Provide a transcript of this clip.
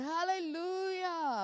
Hallelujah